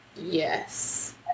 Yes